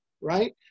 right